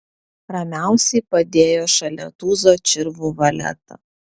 ramiausiai padėjo šalia tūzo čirvų valetą